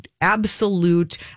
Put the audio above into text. absolute